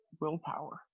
willpower